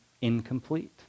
incomplete